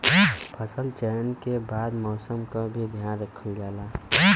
फसल चयन के बाद मौसम क भी ध्यान रखल जाला